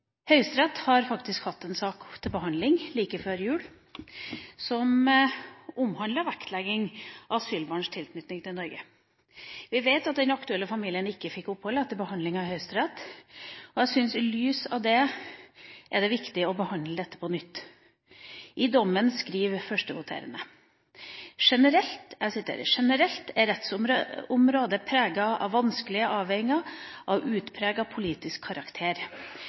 Høyesterett har hatt en sak til behandling like før jul som omhandler vektlegging av asylbarns tilknytning til Norge. Vi vet at den aktuelle familien ikke fikk opphold etter behandlingen i Høyesterett, og jeg syns at det i lys av det er viktig å behandle dette på nytt. I dommen skriver førstevoterende: «Generelt er rettsområdet preget av vanskelige avveininger av utpreget politisk karakter.